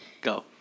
Go